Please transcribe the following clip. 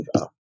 up